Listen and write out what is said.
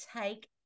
take